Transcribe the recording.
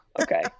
Okay